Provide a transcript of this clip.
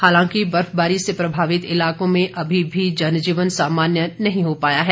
हालांकि बर्फबारी से प्रभावित इलाकों में अभी भी जनजीवन सामान्य नहीं हो पाया है